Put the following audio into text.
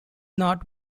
not